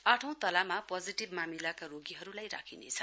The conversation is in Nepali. आठौं तलामा पोजिटिभ मामिलाका रोगीहरूलाई राखिनेछ